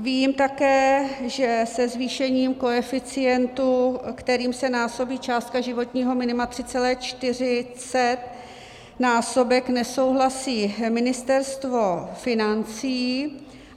Vím také, že se zvýšením koeficientu, kterým se násobí částka životního minima, 3,4násobek, nesouhlasí Ministerstvo financí,